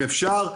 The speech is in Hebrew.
אם אפשר,